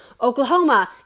Oklahoma